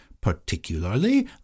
particularly